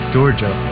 Georgia